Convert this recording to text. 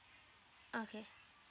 okay